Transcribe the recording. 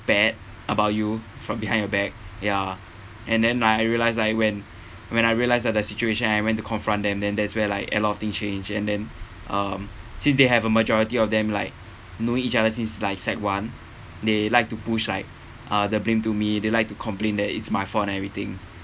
bad about you from behind your back ya and then I realise I when when I realised that the situation I went to confront them then that's where like a lot of thing change and then um since they have a majority of them like know each other since like sec one they liked to push like uh the blame to me they like to complain that it's my fault and everything